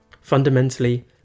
Fundamentally